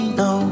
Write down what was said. no